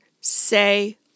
Say